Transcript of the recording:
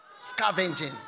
Scavenging